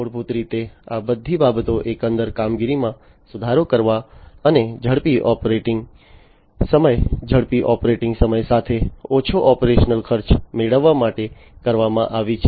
મૂળભૂત રીતે આ બધી બાબતો એકંદર કામગીરીમાં સુધારો કરવા અને ઝડપી ઓપરેટિંગ સમય ઝડપી ઓપરેટિંગ સમય સાથે ઓછો ઓપરેશનલ ખર્ચ મેળવવા માટે કરવામાં આવી છે